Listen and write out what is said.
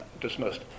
dismissed